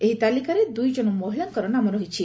ଏହି ତାଲିକାରେ ଦୁଇ ଜଣ ମହିଳାଙ୍କର ନାମ ରହିଛି